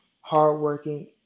hardworking